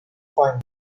find